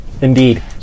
Indeed